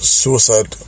suicide